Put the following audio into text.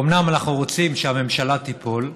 אומנם אנחנו רוצים שהממשלה תיפול,